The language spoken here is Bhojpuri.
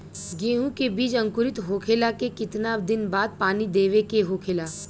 गेहूँ के बिज अंकुरित होखेला के कितना दिन बाद पानी देवे के होखेला?